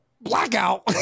blackout